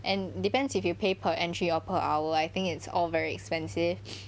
and depends if you pay per entry or per hour I think it's all very expensive